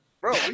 bro